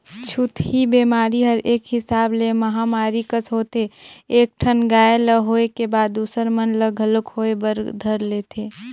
छूतही बेमारी हर एक हिसाब ले महामारी कस होथे एक ठन गाय ल होय के बाद दूसर मन ल घलोक होय बर धर लेथे